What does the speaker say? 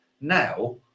Now